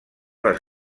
les